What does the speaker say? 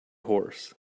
horse